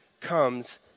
comes